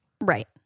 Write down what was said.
Right